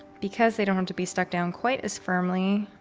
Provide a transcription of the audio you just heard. because they don't have to be stuck down quite as firmly.